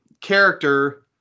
character